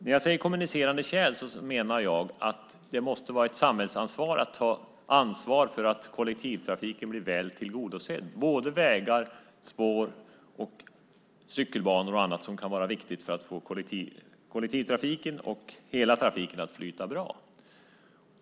När jag säger kommunicerande kärl menar jag att det måste vara ett samhällsansvar att kollektivtrafiken blir väl tillgodosedd. Det gäller vägar, spår, cykelbanor och annat som kan vara viktigt för att få kollektivtrafiken och hela trafiken att flyta bra.